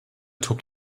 tobt